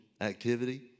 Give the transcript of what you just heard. activity